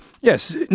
yes